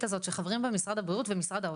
הזאת שחברים במשרד הבריאות ובמשרד האוצר.